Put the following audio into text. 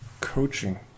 coaching